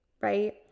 right